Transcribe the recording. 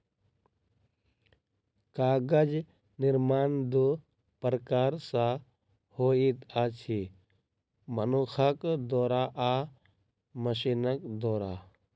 कागज निर्माण दू प्रकार सॅ होइत अछि, मनुखक द्वारा आ मशीनक द्वारा